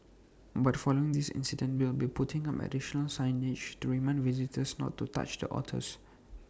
but following this incident we will be putting up additional signage to remind visitors not to touch the otters